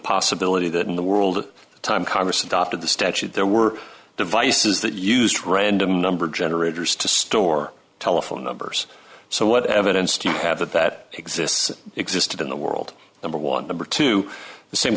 possibility that in the world time congress adopted the statute there were devices that used random number generators to store telephone numbers so what evidence do you have that that exists existed in the world number one number two the same